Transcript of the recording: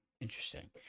Interesting